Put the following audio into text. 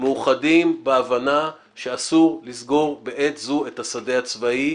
מאוחדים בהבנה שאסור לסגור בעת הזו את השדה הצבאי,